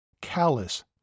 callous